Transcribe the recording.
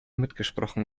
mitgesprochen